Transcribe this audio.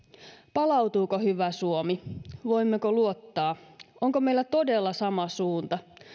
palautuuko hyvä suomi voimmeko luottaa onko meillä todella sama suunta